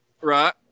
Right